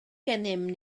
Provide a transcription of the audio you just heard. gennym